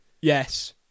Yes